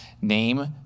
Name